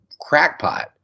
crackpot